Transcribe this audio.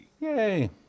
Yay